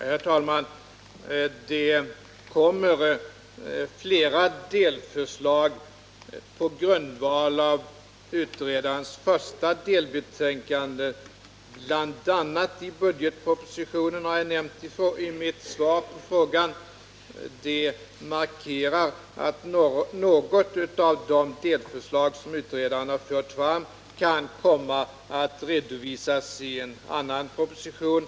Herr talman! Det kommer flera delförslag på grundval av utredarens första delbetänkande, bl.a. i budgetpropositionen, som jag nämnt i mitt svar på frågan. Det markerar att något av de delförslag som utredaren fört fram kan komma att redovisas i en annan proposition.